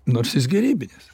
nors jis gerybinis